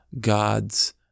God's